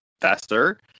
faster